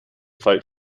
fight